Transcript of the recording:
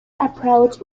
approach